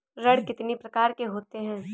ऋण कितनी प्रकार के होते हैं?